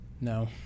No